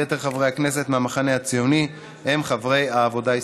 יתר חברי הכנסת מהמחנה הציוני הם חברי העבודה הישראלית.